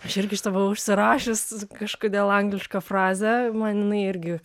aš irgi šitą buvau užsirašius kažkodėl anglišką frazę man jinai irgi taip